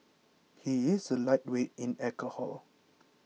he is a lightweight in alcohol